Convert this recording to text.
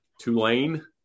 Tulane